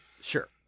Sure